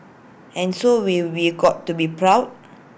and so we've be got to be proud